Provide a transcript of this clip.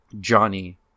Johnny